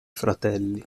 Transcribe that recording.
fratelli